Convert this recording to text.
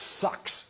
sucks